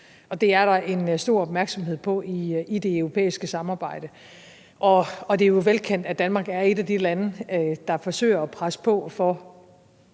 det er der en stor opmærksomhed på i det europæiske samarbejde. Og det er jo velkendt, at Danmark er et af de lande, der forsøger at presse på for